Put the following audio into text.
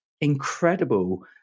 incredible